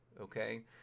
okay